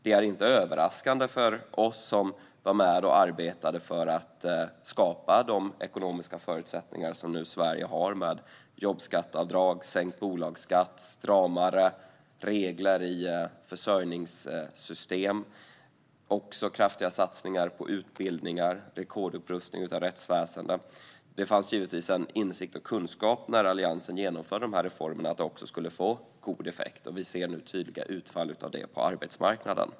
Det är dock inte överraskande för oss som var med och arbetade för att skapa de ekonomiska förutsättningar som Sverige nu har, med jobbskatteavdrag, sänkt bolagsskatt, stramare regler i försörjningssystem, kraftiga satsningar på utbildning och rekordupprustning av rättsväsendet. När Alliansen genomförde dessa reformer fanns det givetvis en insikt och kunskap om att de skulle få god effekt, och vi ser nu ett tydligt utfall av detta på arbetsmarknaden.